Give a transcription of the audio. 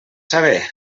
saber